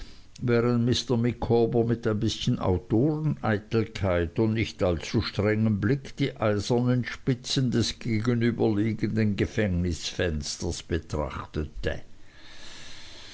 mr micawber mit ein bißchen autoreneitelkeit und nicht allzu strengem blick die eisernen spitzen des gegenüberliegenden gefängnisgitters betrachtete